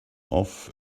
off